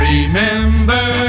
Remember